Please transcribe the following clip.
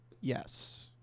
Yes